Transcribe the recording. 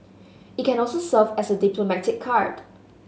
it can also serve as a diplomatic card